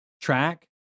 track